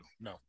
No